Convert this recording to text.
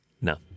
No